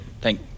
Thank